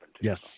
Yes